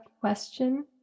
question